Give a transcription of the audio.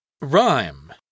Rhyme